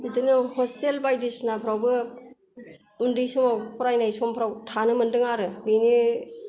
बिदिनो हस्तेल बायदिसिनाफ्रावबो उन्दै समाव फरायनाय समावफ्राव थानो मोन्दों आरो बेनि